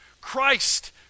Christ